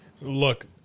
Look